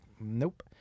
nope